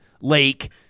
lake